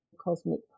Cosmic